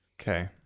Okay